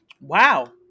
wow